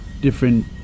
different